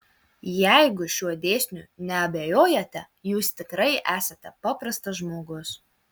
jeigu šiuo dėsniu neabejojate jūs tikrai esate paprastas žmogus